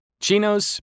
chinos